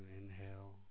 inhale